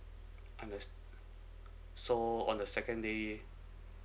unders~ so on the second day